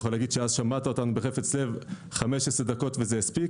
שמעת אותנו בחפץ לב 5, 10 דקות וזה הספיק.